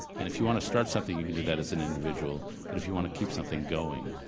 and if you want to start something, you can do that as an individual, but if you want to keep something going,